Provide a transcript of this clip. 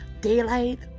daylight